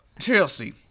Chelsea